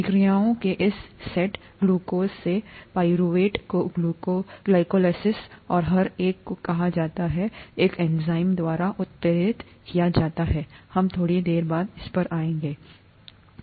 प्रतिक्रियाओं के इस सेट ग्लूकोज से पाइरूवेट को ग्लाइकोलाइसिस और हर एक को कहा जाता है एक एंजाइम द्वारा उत्प्रेरित किया जाता है हम थोड़ी देर बाद आएंगे